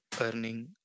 earning